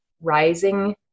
rising